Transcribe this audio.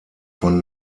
von